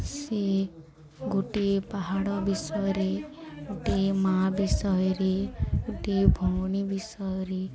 ସିଏ ଗୋଟିଏ ପାହାଡ଼ ବିଷୟରେ ଗୋଟିଏ ମା' ବିଷୟରେ ଗୋଟିଏ ଭଉଣୀ ବିଷୟରେ